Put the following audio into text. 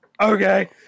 Okay